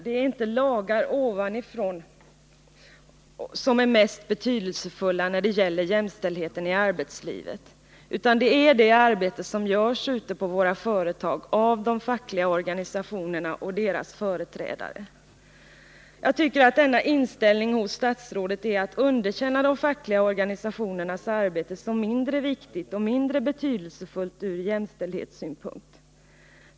Det är inte lagar ovanifrån som är mest betydelsefulla när det gäller jämställdheten i arbetslivet, utan det är det arbete som görs ute på våra företag av de fackliga organisationerna och deras företrädare. Jag tycker att denna inställning hos statsrådet är att underkänna de fackliga organisationernas arbete och beteckna det som mindre viktigt och mindre betydelsefullt ur jämställdhetssynpunkt.